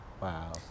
Wow